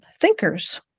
thinkers